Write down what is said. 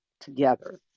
together